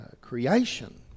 creation